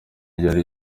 yari